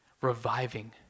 reviving